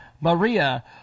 maria